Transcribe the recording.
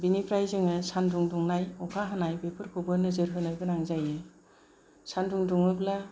बेनिफ्राय जोङो सानदुं दुंनाय अखा हानाय बेफोरखौबो नोजोर होनो गोनां जायो सानदुं दुङोब्ला